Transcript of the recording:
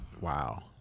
Wow